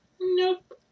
Nope